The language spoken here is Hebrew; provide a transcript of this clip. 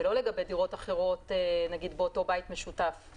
ולא לגבי דירות אחרות באותו בית משותף למשל.